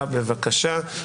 פרקש.